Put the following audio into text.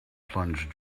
plunge